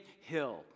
hill